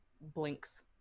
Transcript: blinks